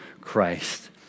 Christ